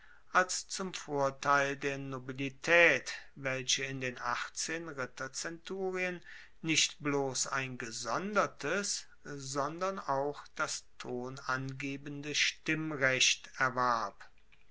als zum vorteil der nobilitaet welche in den achtzehn ritterzenturien nicht bloss ein gesondertes sondern auch das tonangebende stimmrecht erwarb